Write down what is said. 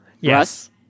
Yes